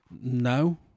No